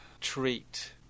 treat